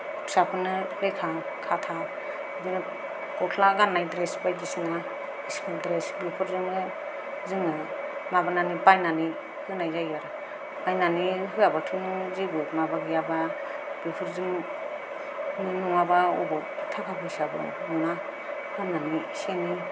फिसाफोरनो लेखा खाथा बिदिनो गस्ला गान्नाय द्रेस बायदिसिना स्कुल द्रेस बेफोरजोंनो जोङो माबानानै बायनानै होनाय जायो बायनानै होआबाथ' जेबो माबा गैयाबा बेफोरजों नों नङाबा अबाव थाखा फैसा मोना होन्नानै इसे एनै